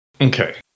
Okay